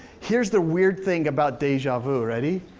here's the weird thing about deja vu, ready?